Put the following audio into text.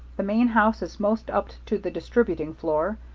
the main house is most up to the distributing floor.